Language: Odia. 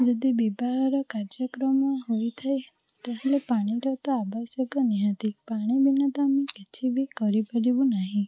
ଯଦି ବିବାହର କାର୍ଯ୍ୟକ୍ରମ ହୋଇଥାଏ ତା'ହେଲେ ପାଣିର ତ ଆବଶ୍ୟକ ନିହାତି ପାଣି ବିନା ଆମେ ତ କିଛି ବି କରିପାରିବା ନାହିଁ